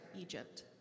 Egypt